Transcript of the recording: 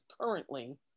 currently